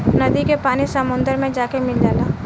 नदी के पानी समुंदर मे जाके मिल जाला